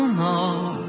more